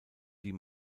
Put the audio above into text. die